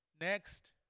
Next